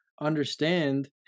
understand